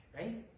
right